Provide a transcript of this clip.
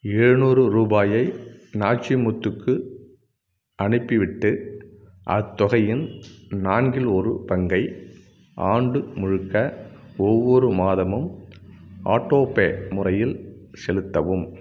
எழுநூறு ரூபாயை நாச்சிமுத்துவுக்கு அனுப்பிவிட்டு அத்தொகையின் நான்கில் ஒரு பங்கை ஆண்டு முழுக்க ஒவ்வொரு மாதமும் ஆட்டோபே முறையில் செலுத்தவும்